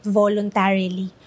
voluntarily